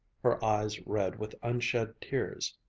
her eyes red with unshed tears.